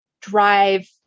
drive